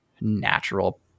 natural